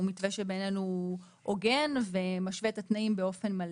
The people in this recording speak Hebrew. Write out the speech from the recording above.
הוא מתווה שבעינינו הוא הוגן ומשווה את התנאים באופן מלא,